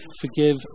forgive